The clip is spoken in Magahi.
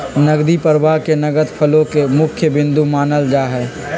नकदी प्रवाह के नगद फ्लो के मुख्य बिन्दु मानल जाहई